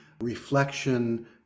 reflection